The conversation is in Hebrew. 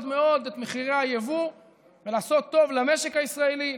מאוד את מחירי היבוא ולעשות טוב למשק הישראלי,